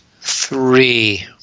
three